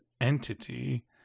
entity